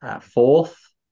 Fourth